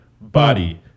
body